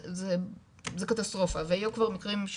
זה קטסטרופה והיו כבר מקרים,